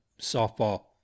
softball